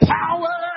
power